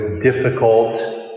difficult